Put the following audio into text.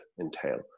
entail